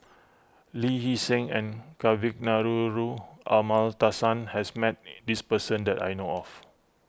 Lee Hee Seng and Kavignareru Amallathasan has met this person that I know of